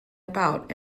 about